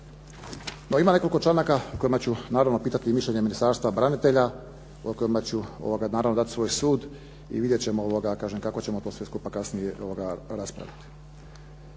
No, ima nekoliko članaka u kojima ću naravno pitati mišljenje Ministarstvo branitelja, o kojima ću naravno dati svoj sud i vidjet ćemo kako ćemo to sve skupa kasnije raspraviti.